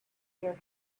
here